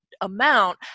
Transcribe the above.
amount